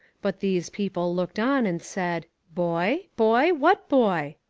but these people looked on and said, boy? boy? what boy?